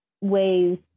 ways